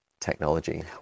technology